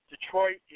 Detroit